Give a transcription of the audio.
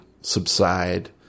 subside